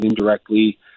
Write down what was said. indirectly